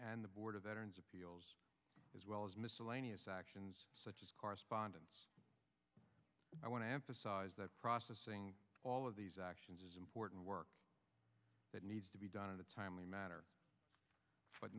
f the board of that earns appeals as well as miscellaneous actions such as correspondence i want to emphasize that processing all of these actions is important work that needs to be done in a timely matter but